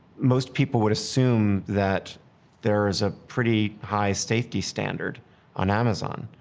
most people would assume that there's a pretty high safety standard on amazon.